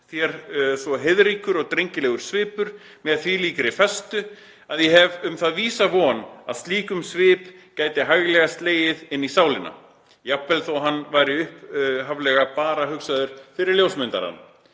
þér svo heiðríkur og drengilegur svipur með þvílíkri festu að ég hef um það vísa von að slíkum svip gæti hæglega slegið inní sálina, jafnvel þó hann væri upphaflega bara hugsaður fyrir ljósmyndarann.